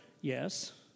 Yes